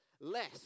less